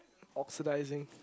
oxidizing